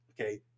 okay